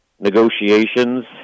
negotiations